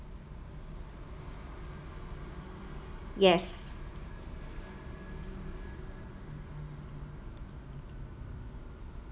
yes